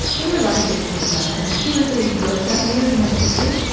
there were a lot of good things about her. she was a girl scout leader for my sister